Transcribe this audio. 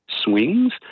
swings